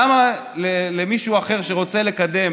למה למישהו אחר שרוצה לקדם